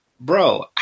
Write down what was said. bro